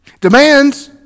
demands